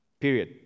period